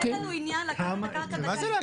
אין לנו עניין לקחת את הקרקע --- בסדר,